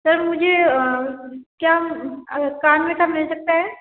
sir मुझे क्या कान में का मिल सकता है